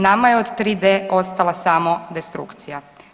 Nama je od 3D ostala samo destrukcija.